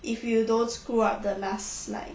if you don't screw up the last like